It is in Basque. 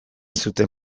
zuten